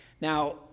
Now